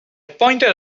pointed